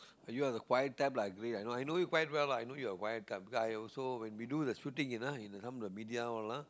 you the quiet type lah I agree I know you quite well lah I know you're quiet type because I also when we do the shooting in ah the media all lah